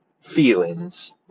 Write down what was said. feelings